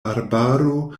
arbaro